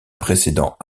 précédent